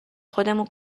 خودمون